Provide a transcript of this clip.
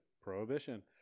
Prohibition